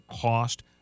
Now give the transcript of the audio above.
cost